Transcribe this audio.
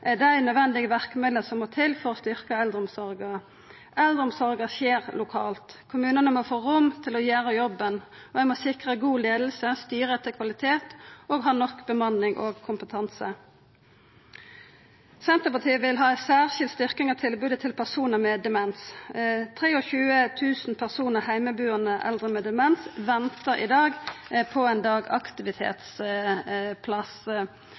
er dei nødvendige verkemidla som må til for å styrkja eldreomsorga. Eldreomsorga skjer lokalt. Kommunane må få rom til å gjera jobben, og ein må sikra god leiing, styra etter kvalitet og ha nok bemanning og kompetanse. Senterpartiet vil ha ei særskild styrking av tilbodet til personar med demens. 23 000 personar, heimebuande eldre med demens, ventar i dag på ein